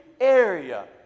area